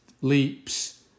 leaps